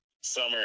Summer